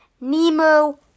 Nemo